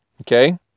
Okay